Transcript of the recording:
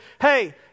hey